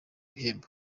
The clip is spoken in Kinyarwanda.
ibihembo